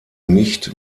nicht